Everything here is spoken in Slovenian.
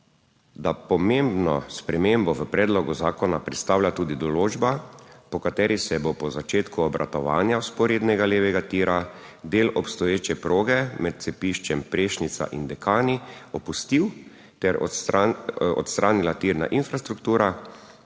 da pomembno spremembo v predlogu zakona predstavlja tudi določba, po kateri se bo po začetku obratovanja vzporednega levega tira del obstoječe proge med cepiščem Prešnica in Dekani opustil ter odstranila tirna infrastruktura,